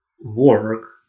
work